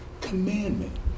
commandment